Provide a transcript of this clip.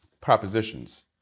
propositions